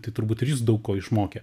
tai turbūt ir jus daug ko išmokė